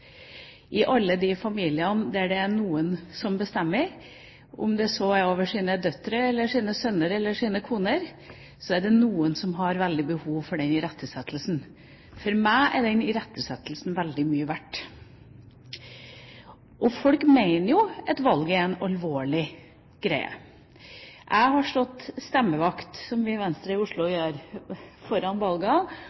I alle de familiene der det er noen som bestemmer, om det så er over sine døtre, sine sønner eller sine koner, er det noen som har veldig behov for den irettesettelsen. For meg er den irettesettelsen veldig mye verdt. Folk mener jo at valget er en alvorlig greie. Jeg har stått stemmevakt, som vi i Venstre i Oslo